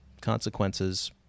consequences